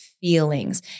feelings